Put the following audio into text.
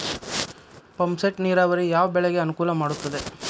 Pump set ನೇರಾವರಿ ಯಾವ್ ಬೆಳೆಗೆ ಅನುಕೂಲ ಮಾಡುತ್ತದೆ?